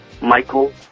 Michael